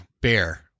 bear